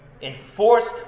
enforced